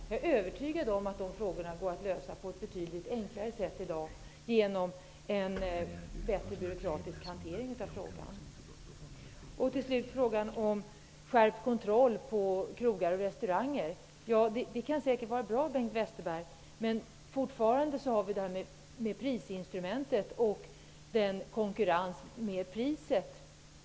Jag är övertygad om att dessa problem går att lösa på ett betydligt enklare sätt, genom en bättre byråkratisk hantering av frågan. Jag skall också ta upp frågan om skärpt kontroll på krogar och restauranger. Det kan säkert vara bra, Bengt Westerberg, men prisinstrumentet finns fortfarande. Man konkurrerar med priset.